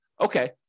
okay